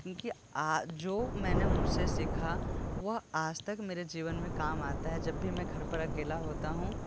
की आ जो मैंने उनसे सीखा वह आज तक मेरे जीवन मे काम आता है जब भी मैं घर पर अकेला होता हूँ